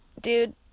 dude